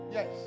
Yes